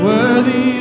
Worthy